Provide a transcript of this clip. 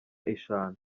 eshanu